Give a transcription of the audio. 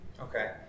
Okay